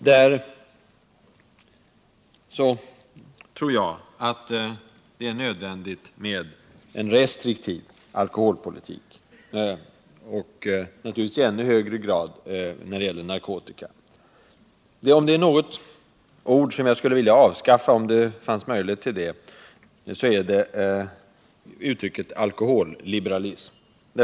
Jag tror att det är nödvändigt med en restriktiv alkoholpolitik, och det gäller givetvis i ännu högre grad i fråga om narkotika. Om det är något ord som jag skulle vilja avskaffa, om det fanns en möjlighet, är det ordet alkoholliberalism.